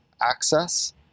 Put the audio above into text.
access